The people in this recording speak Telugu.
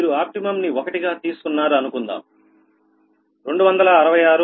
మీరు ఆప్టిమమ్ నీ ఒకటి గా తీసుకున్నారు అనుకుందాం266